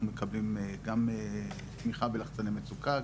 אנחנו מקבלים גם תמיכה בלחצני מצוקה,